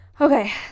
okay